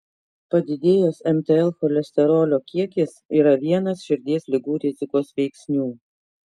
padidėjęs mtl cholesterolio kiekis yra vienas širdies ligų rizikos veiksnių